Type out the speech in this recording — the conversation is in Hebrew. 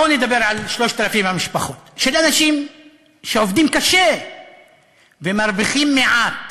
בוא נדבר על 3,000 המשפחות של אנשים שעובדים קשה ומרוויחים מעט